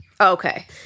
Okay